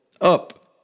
Up